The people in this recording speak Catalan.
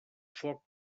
foc